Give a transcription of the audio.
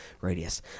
Radius